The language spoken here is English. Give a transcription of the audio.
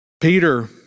Peter